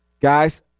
Guys